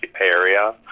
area